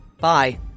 Bye